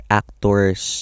actors